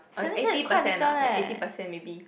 oh eighty percent lah ya eighty percent maybe